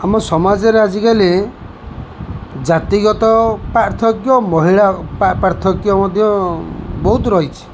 ଆମ ସମାଜରେ ଆଜିକାଲି ଜାତିଗତ ପାର୍ଥକ୍ୟ ମହିଳା ପାର୍ଥକ୍ୟ ମଧ୍ୟ ବହୁତ ରହିଛି